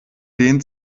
dehnt